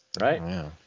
Right